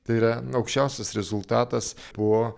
tai yra aukščiausias rezultatas po